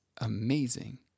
amazing